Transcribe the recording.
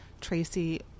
Tracy